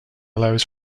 allows